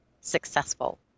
successful